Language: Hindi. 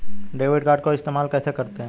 डेबिट कार्ड को इस्तेमाल कैसे करते हैं?